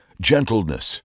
gentleness